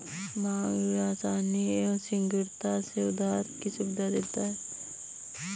मांग ऋण आसानी एवं शीघ्रता से उधार की सुविधा देता है